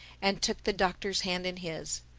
and took the doctor's hand in his.